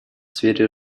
сфере